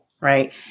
Right